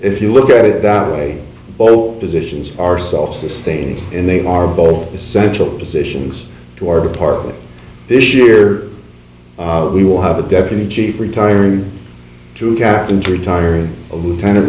if you look at it the boat positions are self sustaining and they are both essential positions to our department this year we will have a deputy chief retiring two captains retiring a lieutenant